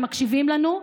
הם מקשיבים לנו,